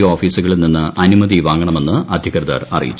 O ഓഫീസുകളിൽ നിന്ന് അനുമതി വാങ്ങണ്മെന്ന് അധികൃതർ അറിയിച്ചു